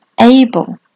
able